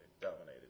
dominated